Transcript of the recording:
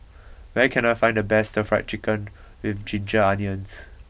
where can I find the best Stir Fried Chicken with Ginger onions